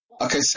okay